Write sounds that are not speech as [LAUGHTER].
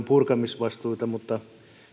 [UNINTELLIGIBLE] purkamisvastuuta mutta